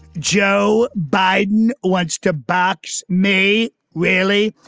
joe biden wants to box. may rarely.